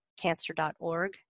cancer.org